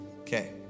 Okay